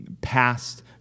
past